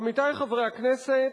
עמיתי חברי הכנסת,